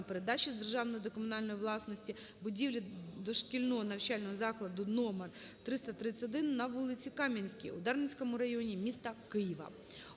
передачі з державної до комунальної власності будівлі дошкільного навчального закладу №331 на вулиці Кам'янській у Дарницькому районі міста Києва.